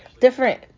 different